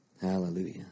Hallelujah